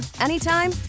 anytime